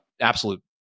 absolute